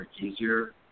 easier